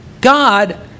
God